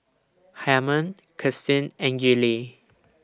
Harman Kirsten and Gillie